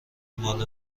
ماله